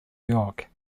york